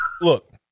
Look